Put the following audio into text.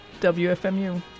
wfmu